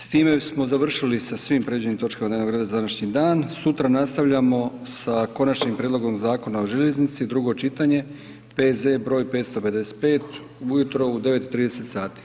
S time bismo završili sa svim predviđenim točkama dnevnog reda za današnji dan, sutra nastavljamo sa Konačnim prijedlogom Zakona o željeznici, drugo čitanje, P.Z. broj 555, ujutro u 09,30 sati.